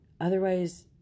Otherwise